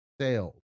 sales